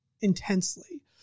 intensely